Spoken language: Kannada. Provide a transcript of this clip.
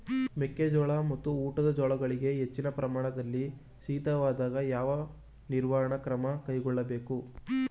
ಮೆಕ್ಕೆ ಜೋಳ ಮತ್ತು ಊಟದ ಜೋಳಗಳಿಗೆ ಹೆಚ್ಚಿನ ಪ್ರಮಾಣದಲ್ಲಿ ಶೀತವಾದಾಗ, ಯಾವ ನಿರ್ವಹಣಾ ಕ್ರಮ ಕೈಗೊಳ್ಳಬೇಕು?